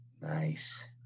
Nice